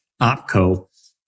opco